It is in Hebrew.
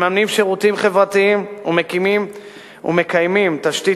מממנים שירותים חברתיים ומקיימים תשתית